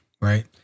right